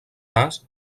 nas